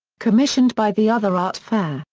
commissioned by the other art fair,